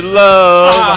love